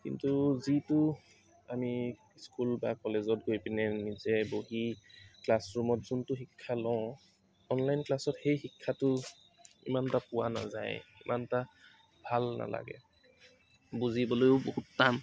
কিন্তু যিটো আমি স্কুল বা কলেজত গৈ পিনে নিজে বহি ক্লাছ ৰূমত যোনটো শিক্ষা লওঁ অনলাইন ক্লাছত সেই শিক্ষাটো ইমান এটা পোৱা নাযায় ইমান এটা ভাল নালাগে বুজিবলৈয়ো বহুত টান